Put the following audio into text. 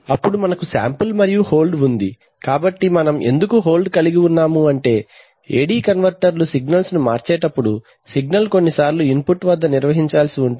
అప్పుడు మనకు శాంపిల్ మరియు హోల్డ్ ఉంది కాబట్టి మనం ఎందుకు హోల్డ్ కలిగి ఉన్నాము అంటే AD కన్వర్టర్లు సిగ్నల్ను మార్చేటప్పుడు సిగ్నల్ కొన్నిసార్లు ఇన్పుట్ వద్ద నిర్వహించాల్సి ఉంటుంది